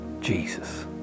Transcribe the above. Jesus